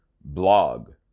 Blog